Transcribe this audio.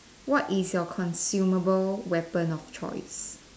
what is your consumable weapon of choice